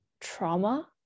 trauma